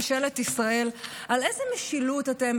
ממשלת ישראל: על איזה משילות אתם